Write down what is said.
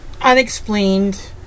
unexplained